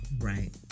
Right